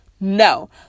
No